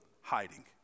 hiding